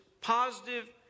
positive